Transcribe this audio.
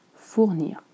fournir